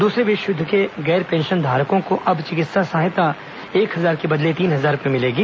दूसरे विश्व युद्ध के गैर पेंशनधारकों को अब चिकित्सा सहायता एक हजार के बदले तीन हजार रूपए मिलेगी